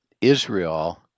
Israel